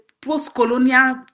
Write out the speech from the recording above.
post-colonial